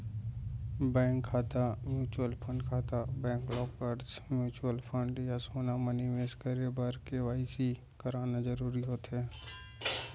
bank खाता, mutual fund खाता, bank lockers, mutual fund या सोना म निवेस करे बर के.वाई.सी कराना जरूरी होथे